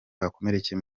bakomerekeye